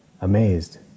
amazed